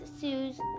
sues